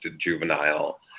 juvenile